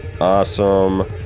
Awesome